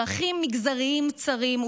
צרכים מגזריים צרים,